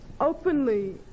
openly